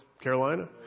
Carolina